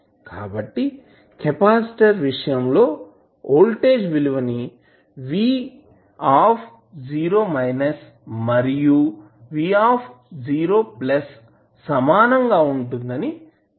కాబట్టి కెపాసిటర్ విషయంలో వోల్టేజ్ విలువ V మరియు V0 సమానం గా ఉంటుందని చెప్పవచ్చు